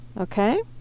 Okay